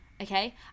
Okay